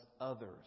others